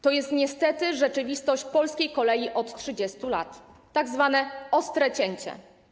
To jest niestety rzeczywistość polskiej kolei od 30 lat, tzw. ostre cięcie.